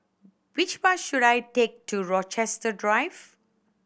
which bus should I take to Rochester Drive